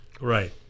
right